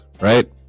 right